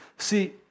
See